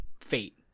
fate